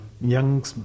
young